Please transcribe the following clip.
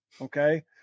Okay